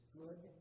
good